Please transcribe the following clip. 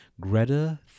Greta